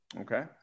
okay